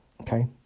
okay